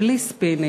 בלי ספינים,